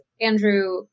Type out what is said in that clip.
Andrew